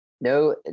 no